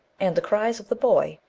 and the cries of the boy,